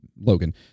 Logan